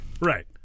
Right